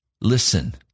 listen